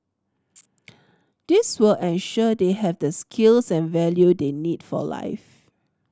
this will ensure they have the skills and value they need for life